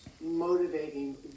motivating